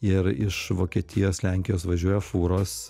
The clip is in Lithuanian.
ir iš vokietijos lenkijos važiuoja fūros